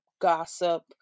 gossip